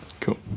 Cool